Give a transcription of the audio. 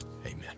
Amen